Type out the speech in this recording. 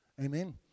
Amen